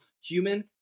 human